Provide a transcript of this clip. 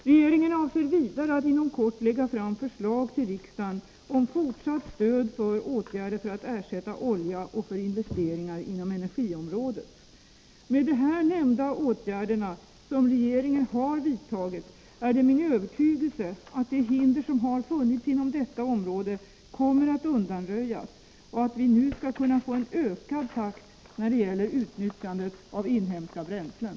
Regeringen avser vidare att inom kort lägga fram förslag till riksdagen om fortsatt stöd för åtgärder för att ersätta olja och för investeringar inom energiområdet. Med de här nämnda åtgärderna som regeringen har vidtagit är det min övertygelse att de hinder som har funnits inom detta område kommer att undanröjas och att vi nu skall kunna få en ökad takt när det gäller utnyttjandet av inhemska bränslen.